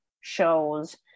shows